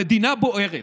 המדינה בוערת,